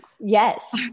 Yes